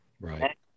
Right